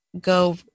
go